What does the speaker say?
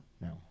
No